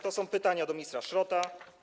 To są pytania do ministra Szrota.